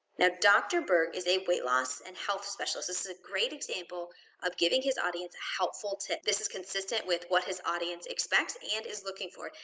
now dr. berg is a weight-loss and health specialist. this is a great example of giving his audience a helpful tip. this is consistent with what his audience expects and is looking for.